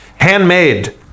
Handmade